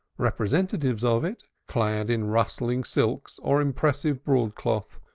representatives of it, clad in rustling silks or impressive broad-cloth,